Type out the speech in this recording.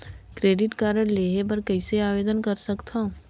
Credit card लेहे बर कइसे आवेदन कर सकथव?